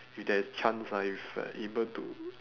if there is chance ah if you're able to